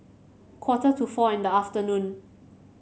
quarter to four in the afternoon